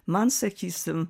man sakysim